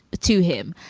to him,